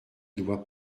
dois